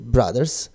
Brothers